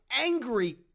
angry